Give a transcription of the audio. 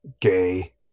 gay